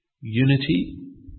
unity